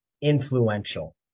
influential